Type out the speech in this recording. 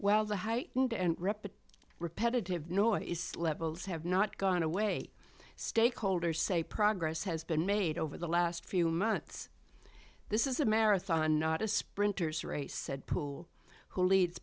well the heightened and repartee repetitive noise levels have not gone away stakeholders say progress has been made over the last few months this is a marathon not a sprinters race said poole who leads